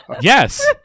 Yes